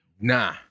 Nah